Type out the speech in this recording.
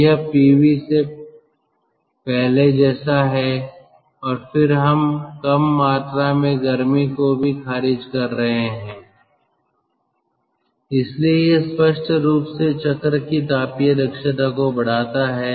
तो यह pv से पहले जैसा है और फिर हम कम मात्रा में गर्मी को भी खारिज कर रहे हैं इसलिए यह स्पष्ट रूप से चक्र की तापीय दक्षता को बढ़ाता है